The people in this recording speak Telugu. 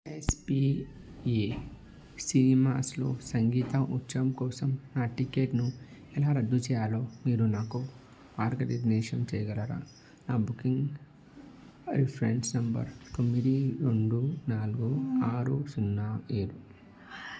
ఎస్పీఏ సినిమాస్లో సంగీత ఉత్సవం కోసం నా టికెట్ను ఎలా రద్దు చేయాలో మీరు నాకు మార్గనిర్దేశం చేయగలరా నా బుకింగ్ రిఫ్రెన్స్ నంబర్ తొమ్మిది రెండు నాలుగు ఆరు సున్నా ఏడు